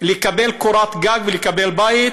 לקבל קורת גג ולקבל בית.